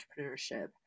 entrepreneurship